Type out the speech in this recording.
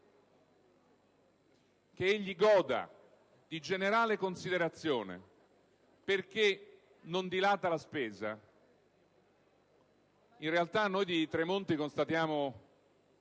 che egli goda di generale considerazione perché non dilata la spesa, in realtà noi di Tremonti constatiamo